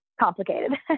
complicated